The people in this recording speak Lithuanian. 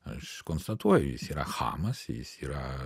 aš konstatuoju jis yra chamas jis yra